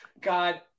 God